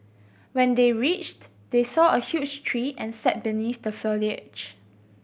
when they reached they saw a huge tree and sat beneath the foliage